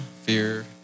fear